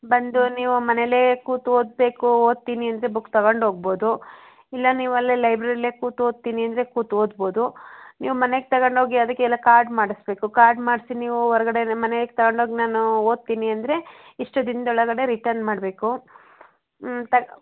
ಬಂದು ನೀವು ಮನೆಲೇ ಕೂತು ಓದಬೇಕು ಓದ್ತೀನಿ ಅಂದರೆ ಬುಕ್ ತಗೊಂಡು ಹೋಗ್ಬೋದು ಇಲ್ಲ ನೀವು ಅಲ್ಲೇ ಲೈಬ್ರೇರಿಯಲ್ಲೇ ಕೂತು ಓದ್ತೀನಿ ಅಂದರೆ ಕೂತು ಓದ್ಬೋದು ನೀವು ಮನೆಗೆ ತಗೊಂಡೋಗಿ ಅದಕ್ಕೆ ಎಲ್ಲ ಕಾರ್ಡ್ ಮಾಡಿಸ್ಬೇಕು ಕಾರ್ಡ್ ಮಾಡಿಸಿ ನೀವು ಹೊರಗಡೆ ಮನೆಗೆ ತಗೊಂಡೋಗಿ ನಾನು ಓದ್ತೀನಿ ಅಂದರೆ ಇಷ್ಟು ದಿನದೊಳಗಡೆ ರಿಟನ್ ಮಾಡಬೇಕು ಹ್ಞೂ ತಗ್